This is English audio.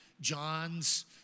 John's